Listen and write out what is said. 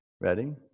Ready